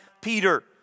Peter